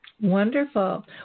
Wonderful